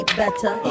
better